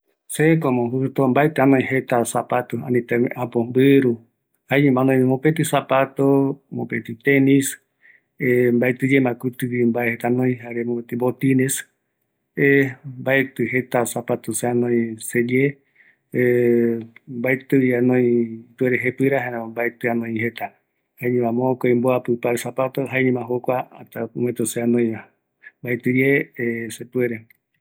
Maetɨ anoï mbɨɨru jetarupi, oïme anoï mokoi mbɨɨru, jare mopetï tenis, maetɨ aikua mbae marca kova, agua seyeɨpe oupitɨ jepɨra see rupi,